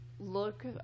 Look